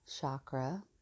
chakra